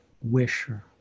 wisher